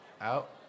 out